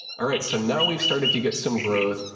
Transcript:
alright, so now we've started to get some growth.